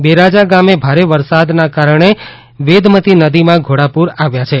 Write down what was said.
બેરાજા ગામે ભારે વરસાદના કારણે વેદમતી નદીમાં ઘોડાપુર આવ્યા છે